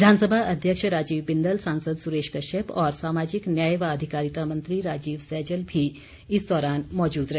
विधानसभा अध्यक्ष राजीव बिंदल सांसद सुरेश कश्यप और सामाजिक न्याय व अधिकारिता मंत्री राजीव सैजल भी इस दौरान मौजूद रहे